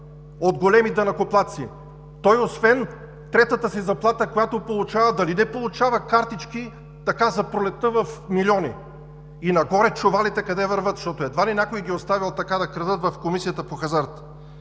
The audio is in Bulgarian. от „Големи данъкоплатци“? Той освен третата си заплата, която получава, дали не получава картички – така за пролетта, в милиони? И нагоре чувалите къде вървят? Защото едва ли някой ги е оставил така да крадат в Комисията по хазарта!